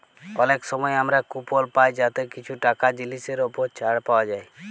অলেক সময় আমরা কুপল পায় যাতে কিছু টাকা জিলিসের উপর ছাড় পাউয়া যায়